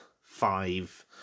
five